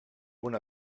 una